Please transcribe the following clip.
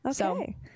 Okay